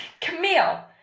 Camille